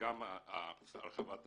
וגם הרחבת המחסום.